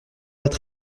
être